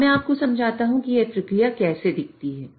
अब मैं आपको समझाता हूं कि यह प्रक्रिया कैसी दिखती है